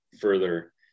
further